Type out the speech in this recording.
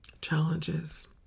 challenges